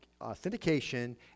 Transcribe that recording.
authentication